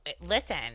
listen